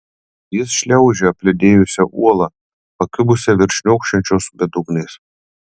jis šliaužia apledijusia uola pakibusia virš šniokščiančios bedugnės